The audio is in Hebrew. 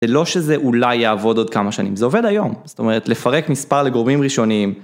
זה לא שזה אולי יעבוד עוד כמה שנים, זה עובד היום, זאת אומרת לפרק מספר לגורמים ראשוניים.